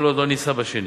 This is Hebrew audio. כל עוד לא נישא בשנית,